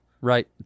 Right